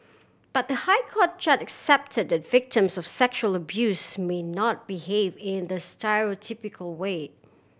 but the High Court judge accepted that victims of sexual abuse may not behave in the stereotypical way